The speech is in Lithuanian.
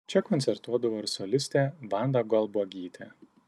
čia koncertuodavo ir solistė vanda galbuogytė